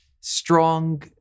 strong